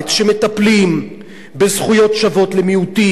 שמטפלים בזכויות שוות למיעוטים,